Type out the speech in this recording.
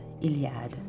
Iliad